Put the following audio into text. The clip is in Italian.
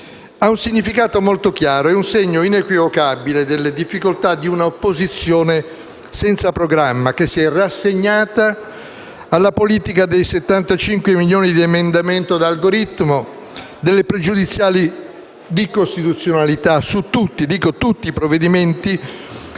ha un significato molto chiaro: è un segno inequivocabile delle difficoltà di un'opposizione senza programma, che si è rassegnata alla politica dei 75 milioni di emendamenti da algoritmo, delle pregiudiziali di costituzionalità su tutti - dico